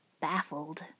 baffled